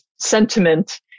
sentiment